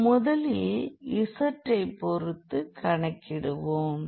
நாம் முதலில் z ஐ பொருத்து கணக்கிடுவோம்